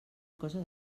cosa